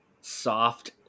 soft